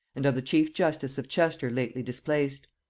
and of the chief justice of chester lately displaced.